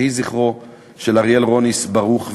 יהי זכרו של אריאל רוניס ברוך,